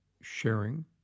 sharing